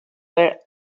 were